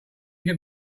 get